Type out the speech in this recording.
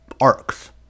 arcs